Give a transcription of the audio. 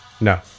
No